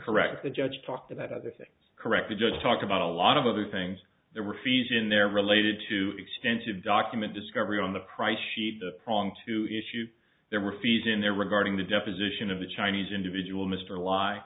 correct the judge talked about other things correctly just talked about a lot of other things there were fees in there related to extensive document discovery on the price sheet the prong two issues there were fees in there regarding the deposition of the chinese individual mr